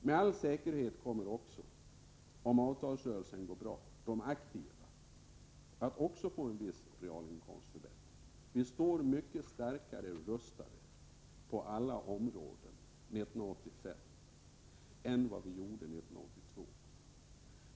Med all säkerhet kommer också, om avtalsrörelsen går bra, de aktiva att få en viss inkomstförbättring. Vi står mycket bättre rustade på alla områden 1985 än 1982.